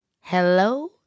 hello